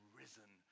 risen